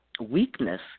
weakness